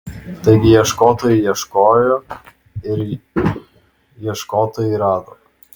taigi ieškotojai ieškojo ir ieškotojai rado